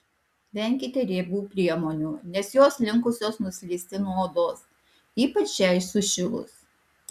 venkite riebių priemonių nes jos linkusios nuslysti nuo odos ypač šiai sušilus